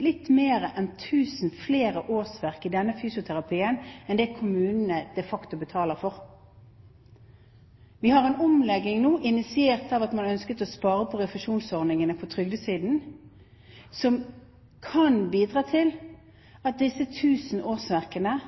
litt mer enn 1 000 flere årsverk i denne fysioterapien enn det kommunene de facto betaler for. Vi har en omlegging nå, initiert av at man ønsket å spare på refusjonsordningene på trygdesiden, som kan bidra til at disse 1 000 årsverkene